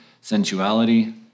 sensuality